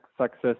success